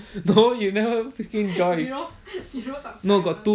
no you never freaking join